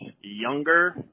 younger